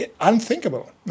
Unthinkable